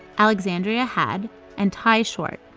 alexandria hadd and ty short.